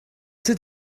did